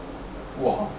!wah!